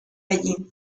allí